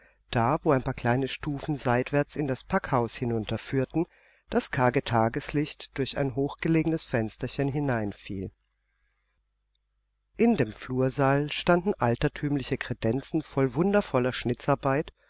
da wo ein paar kleine stufen seitwärts in das packhaus hinunterführten das karge tageslicht durch ein hochgelegenes fensterchen hereinfiel in dem flursaal standen altertümliche kredenzen von wundervoller